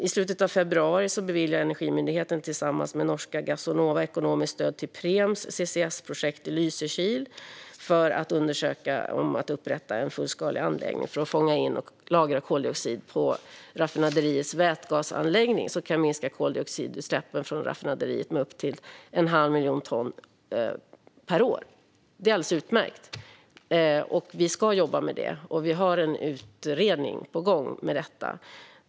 I slutet av februari beviljade Energimyndigheten tillsammans med norska Gassnova ekonomiskt stöd till Preems CCS-projekt i Lysekil för att undersöka upprättandet av en fullskalig anläggning för att fånga in och lagra koldioxid på raffinaderiets vätgasanläggning, som kan minska koldioxidutsläppen från raffinaderiet med upp till en halv miljon ton per år. Detta är alldeles utmärkt. Vi ska jobba med det här, och vi har en utredning på gång.